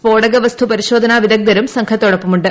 സ്ഫോടക വസ്തു പരിശോധനാ വിദഗ്ധരും സംഘത്തോടൊപ്പമുണ്ട്